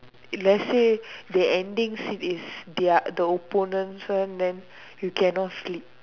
let's say the ending scene is their the opponents one then you cannot sleep